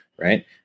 right